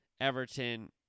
Everton